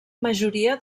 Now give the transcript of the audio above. majoria